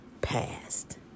Past